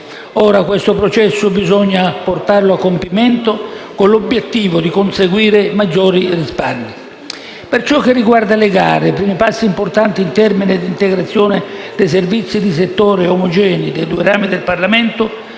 E ora bisogna portare a compimento questo processo con l'obiettivo di conseguire maggiori risparmi. Per ciò che riguarda le gare, i primi passi importanti in termini di integrazione dei servizi di settori omogenei dei due rami del Parlamento